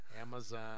Amazon